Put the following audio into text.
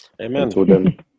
Amen